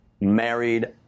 married